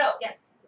yes